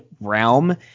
realm